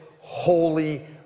holy